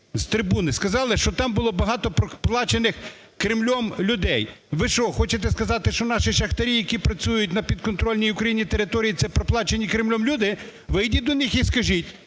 з трибуни сказали, що там було багато проплачених Кремлем людей. Ви що хочете сказати, що наші шахтарі, які працюють на підконтрольній Україні території, – це проплачені Кремлем люди? Вийдіть до них і скажіть,